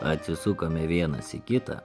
atsisukome vienas į kitą